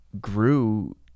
grew